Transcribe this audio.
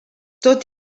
tot